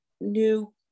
new